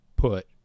put